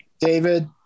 David